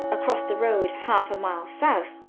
across the road, half a mile south,